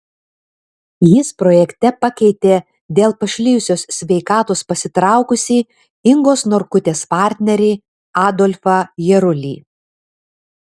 jis projekte pakeitė dėl pašlijusios sveikatos pasitraukusį ingos norkutės partnerį adolfą jarulį